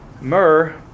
myrrh